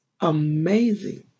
amazing